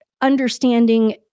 understanding